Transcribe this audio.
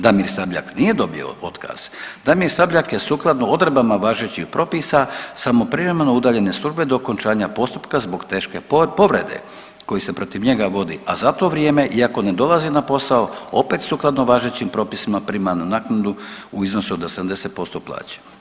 Damir Sabljak nije dobio otkaz, Damir Sabljak je sukladno odredbama važećih propisa samo privremeno udaljen iz službe do okončanja postupka zbog teške povrede koji se protiv njega vodi, a za to vrijeme iako ne dolazi na posao opet sukladno važećim propisima prima naknadu u iznosu od 80% plaće.